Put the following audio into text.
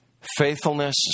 faithfulness